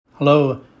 Hello